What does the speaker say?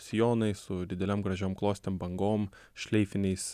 sijonai su didelėm gražiom klostėm bangom šleifiniais